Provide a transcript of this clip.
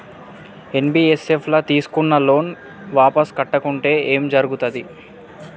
NBFS ల తీస్కున్న loan వాపస్ కట్టకుంటే ఏం జర్గుతది?